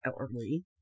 elderly